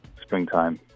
springtime